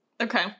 Okay